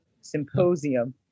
symposium